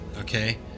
okay